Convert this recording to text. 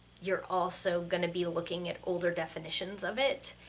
you're also gonna be looking at older defintions of it,